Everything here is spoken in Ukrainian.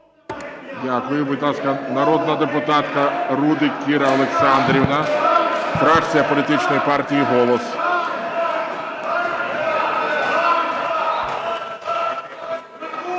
Дякую. Будь ласка, народна депутатка Рудик Кіра Олександрівна, фракція політичної партії "Голос".